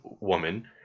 woman